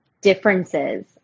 differences